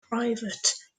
private